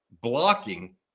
blocking